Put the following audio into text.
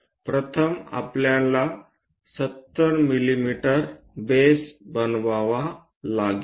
प्रथम आपल्याला 70 मिमी बेस बनवावा लागेल